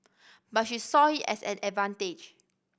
but she saw it as an advantage